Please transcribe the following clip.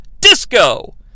Disco